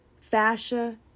fascia